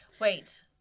wait